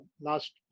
last